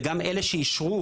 וגם אלה שאישרו,